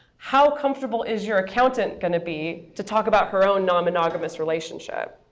how comfortable is your accountant going to be to talk about her own non-monogamous relationship?